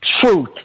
truth